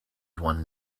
one